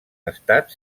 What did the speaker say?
estat